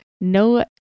no